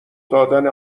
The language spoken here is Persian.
دادن